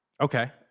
Okay